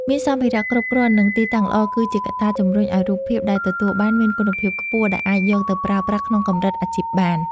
មានសម្ភារៈគ្រប់គ្រាន់ និង ទីតាំងល្អគឺជាកត្តាជម្រុញឱ្យរូបភាពដែលទទួលបានមានគុណភាពខ្ពស់ដែលអាចយកទៅប្រើប្រាស់ក្នុងកម្រិតអាជីពបាន។